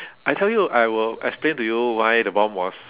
I tell you I will explain to you why the bomb was